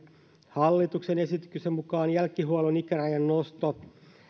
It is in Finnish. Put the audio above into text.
hallituksen esityksen mukaan jälkihuollon ikärajan nosto